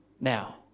Now